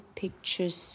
pictures